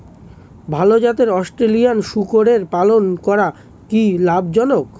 ভাল জাতের অস্ট্রেলিয়ান শূকরের পালন করা কী লাভ জনক?